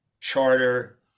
charter